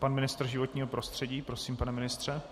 Pan ministr životního prostředí prosím, pane ministře.